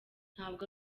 ntabwo